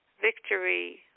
victory